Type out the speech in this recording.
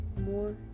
More